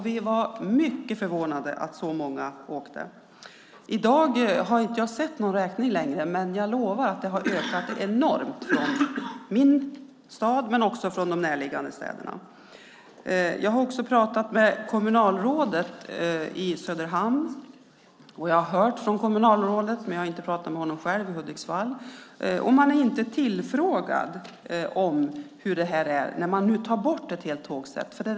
Vi var mycket förvånade över att så många åkte. Jag har inte sett någon räkning för i dag, men jag lovar att det har ökat enormt både i min stad och i de närliggande städerna. Jag har också pratat med kommunalrådet i Söderhamn, och jag har hört från kommunalrådet i Hudiksvall, även om jag inte har pratat med honom själv. Man har inte blivit tillfrågad om hur det är med tågresandet när man nu tar bort ett helt tågsätt.